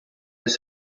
les